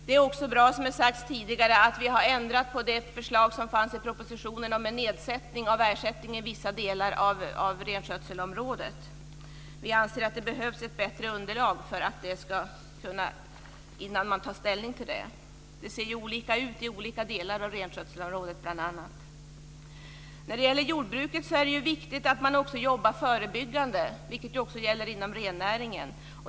Det är också bra, som har sagts tidigare, att vi har ändrat på det förslag som fanns i propositionen om en nedsättning av ersättningen i vissa delar av renskötselområdet. Vi anser att det behövs ett bättre underlag innan man tar ställning till det. Det ser olika ut i olika delar av renskötselområdet. För jordbruket är det också viktigt att man jobbar förebyggande, vilket också gäller inom rennäringen.